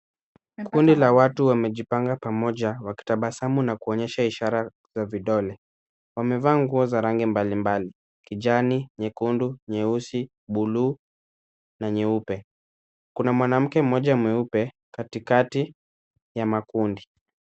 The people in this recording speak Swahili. Kundi la watu wamejipanga pamoja wakitabasamu na kuonyesha ishara ya vidole, wamevaa nguo za rangi mbalimbali, kijani, nyekundu, nyeusi, buluu na nyeupe. Kuna mwanamke mmoja mweupe katikati ya makundi.